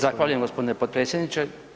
Zahvaljujem gospodine potpredsjedniče.